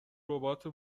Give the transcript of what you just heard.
ربات